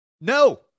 no